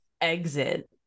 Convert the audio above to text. exit